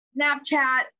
Snapchat